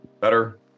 better